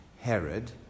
Herod